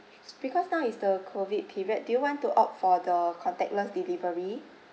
because now is the COVID period do you want to opt for the contactless delivery